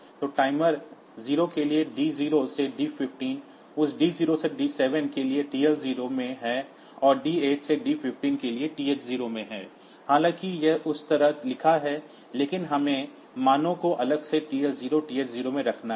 तो टाइमर 0 के लिए D0 से dD15 उस D0 से D7 के लिए TL 0 में है और D 8 से D15 के लिए TH 0 में है हालांकि यह उस तरह लिखा है लेकिन हमें मानों को अलग से TL 0 TH 0 में रखना है